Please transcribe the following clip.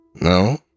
No